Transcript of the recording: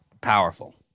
powerful